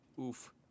Oof